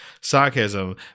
sarcasm